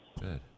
good